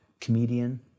comedian